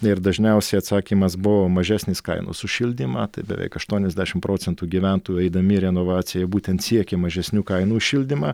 ir dažniausiai atsakymas buvo mažesnės kainos už šildymą tai beveik aštuoniasdešim procentų gyventojų eidami į renovaciją būtent siekė mažesnių kainų už šildymą